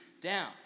down